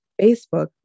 Facebook